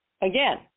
Again